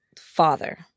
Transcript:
father